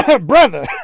brother